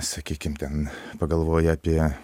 sakykim ten pagalvoji apie